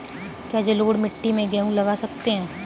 क्या जलोढ़ मिट्टी में गेहूँ लगा सकते हैं?